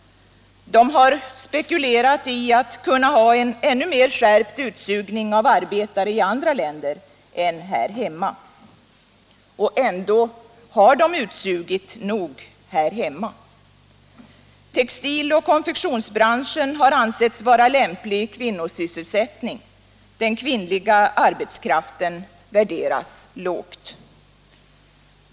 De har spekulerat i att kunna ha en ännu mer skärpt utsugning av arbetare i andra länder än här hemma. Och ändå har de utsugit nog här hemma! Textiloch konfektionsbranschen har ansetts vara lämplig kvinnosysselsättning — den kvinnliga arbetskraften värderas lågt.